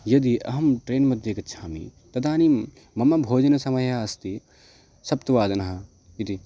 यदि अहं ट्रेन्मध्ये गच्छामि तदानीं मम भोजनसमयः अस्ति सप्तवादनः इति